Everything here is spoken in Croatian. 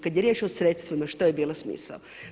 Kad je riječ o sredstvima što je bio smisao.